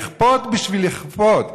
לכפות בשביל לכפות?